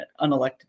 unelected